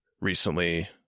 Recently